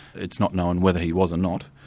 it's not known whether he was or not,